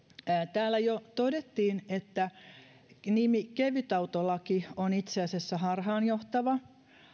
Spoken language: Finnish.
täällä jo todettiin että nimi kevytautolaki on itse asiassa harhaanjohtava